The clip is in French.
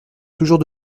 toujours